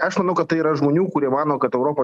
aš manau kad tai yra žmonių kurie mano kad europa